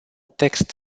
text